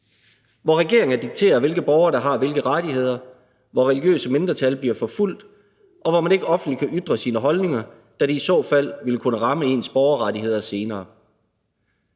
hvor regeringer dikterer, hvilke borgere der har hvilke rettigheder, hvor religiøse mindretal bliver forfulgt, og hvor man ikke offentligt kan ytre sine holdninger, da det i så fald ville kunne ramme ens borgerrettigheder senere.